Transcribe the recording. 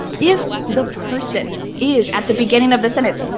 if the person is at the beginning of the sentence.